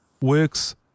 works